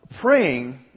praying